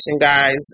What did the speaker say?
guys